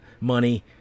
money